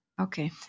Okay